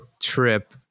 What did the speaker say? trip